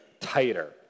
tighter